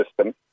system